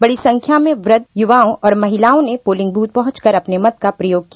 बड़ी संख्या में वृद्ध युवाओं और महिलाओं ने पोलिंग ब्रथ पहुचकर अपने मत का प्रयोग किया